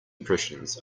impressions